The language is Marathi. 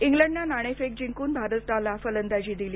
इंग्लंडनं नाणेफेक जिंकून भारताला फलंदाजी दिली